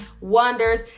wonders